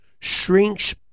shrinks